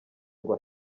ngo